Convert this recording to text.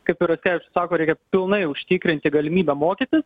kaip ir raskevičius sako reikia pilnai užtikrinti galimybę mokytis